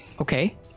Okay